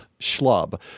schlub